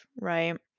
right